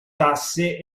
tasse